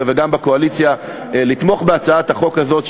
וגם מהקואליציה לתמוך בהצעת החוק הזאת,